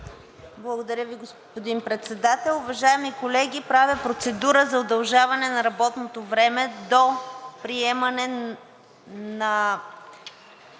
Благодаря Ви, господин Председател. Уважаеми колеги, правя процедура за удължаване на работното време за приемане на